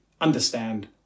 understand